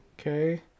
Okay